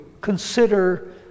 consider